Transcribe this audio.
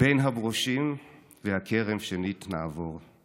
"בין הברושים והכרם שנית נעבור /